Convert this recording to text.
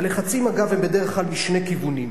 הלחצים, אגב, הם בדרך כלל משני כיוונים: